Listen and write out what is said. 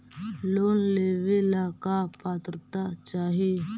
Loan लेवेला का पात्रता चाही?